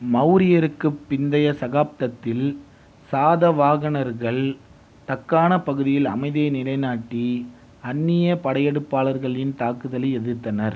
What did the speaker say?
மெளரியருக்குப் பிந்தைய சகாப்தத்தில் சாதவாகனர்கள் தக்காணப் பகுதியில் அமைதியை நிலைநாட்டி அன்னிய படையெடுப்பாளர்களின் தாக்குதலை எதிர்த்தனர்